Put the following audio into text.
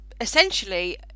essentially